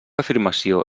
afirmació